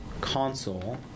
console